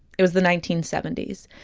it was the nineteen seventy s.